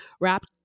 wrapped